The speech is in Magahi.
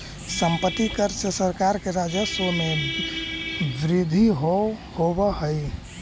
सम्पत्ति कर से सरकार के राजस्व में वृद्धि होवऽ हई